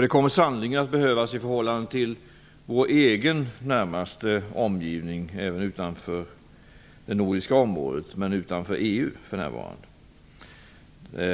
Det kommer sannerligen att behövas i förhållande till vår egen närmaste omgivning även utanför det nordiska området och för närvarande utanför